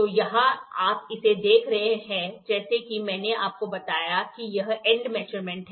तो यहाँ आप इसे देख रहे हैं जैसा कि मैंने आपको बताया कि यह एंड मेजरमेंट है